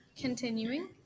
Continuing